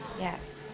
Yes